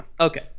Okay